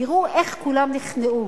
תראו איך כולם נכנעו.